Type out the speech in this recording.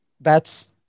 thats